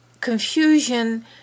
confusion